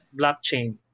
blockchain